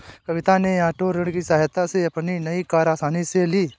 कविता ने ओटो ऋण की सहायता से अपनी नई कार आसानी से ली